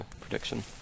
prediction